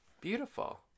Beautiful